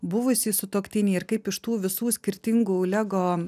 buvusį sutuoktinį ir kaip iš tų visų skirtingų lego